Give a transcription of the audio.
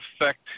affect